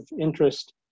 interest